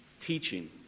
teaching